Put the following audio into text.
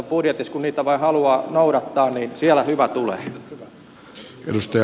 kun niitä vain haluaa noudattaa niin hyvä tulee